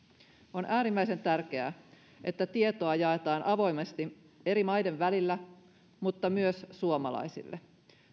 on äärimmäisen tärkeää että tietoa jaetaan avoimesti eri maiden välillä mutta myös suomalaisille